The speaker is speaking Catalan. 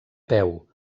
peu